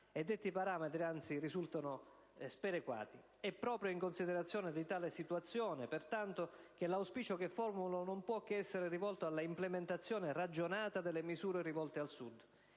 Detti parametri, anzi, risultano sperequati. È proprio in considerazione di tale situazione, pertanto, che l'auspicio che formulo non può che essere rivolto alla implementazione ragionata delle misure rivolte al Sud.